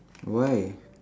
why